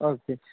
okay